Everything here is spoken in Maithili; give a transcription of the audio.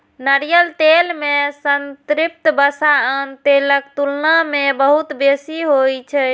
नारियल तेल मे संतृप्त वसा आन तेलक तुलना मे बहुत बेसी होइ छै